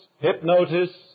hypnosis